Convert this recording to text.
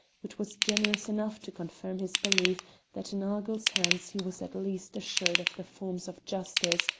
which was generous enough to confirm his belief that in argyll's hands he was at least assured of the forms of justice,